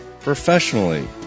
professionally